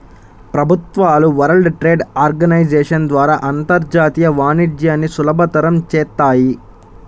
ప్రభుత్వాలు world trade organisation ద్వారా అంతర్జాతీయ వాణిజ్యాన్ని సులభతరం చేత్తాయి